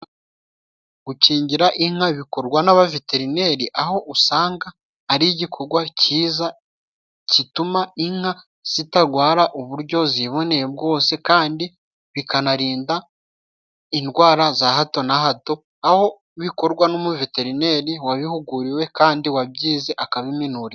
Gukingira inka bikorwa n'abaveterineri, aho usanga ari igikorwa cyiza, gituma inka zitarwara uburyo ziboneye bwose, kandi bikanarinda indwara za hato na hato, aho bikorwa n'umuveterineri wabihuguriwe, kandi wabyize akabiminuriza.